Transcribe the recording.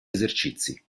esercizi